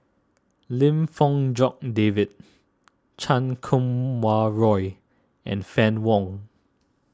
Lim Fong Jock David Chan Kum Wah Roy and Fann Wong